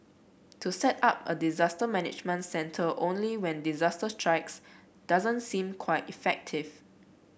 to set up a disaster management centre only when disaster strikes doesn't seem quite effective